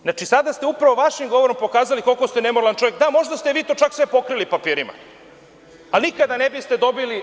Znači, upravo ste sada vašim govorom pokazali koliko ste nemoralan čovek, pa možda ste vi to sve pokrili papirima, a nikada ne biste dobili…